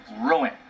ruin